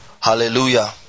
Hallelujah